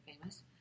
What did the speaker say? famous